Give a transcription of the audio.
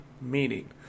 Meaning